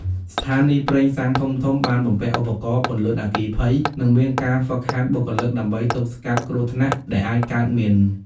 ស្ថានីយ៍ប្រេងសាំងធំៗបានបំពាក់ឧបករណ៍ពន្លត់អគ្គិភ័យនិងមានការហ្វឹកហាត់បុគ្គលិកដើម្បីទប់ស្កាត់គ្រោះថ្នាក់ដែលអាចកើតមាន។